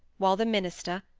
while the minister,